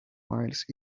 miles